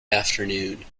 afternoon